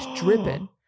dripping